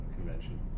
convention